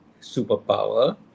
superpower